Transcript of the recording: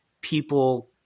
people